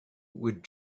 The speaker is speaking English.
would